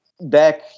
back